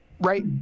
Right